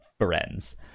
friends